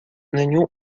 nenhum